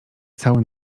cały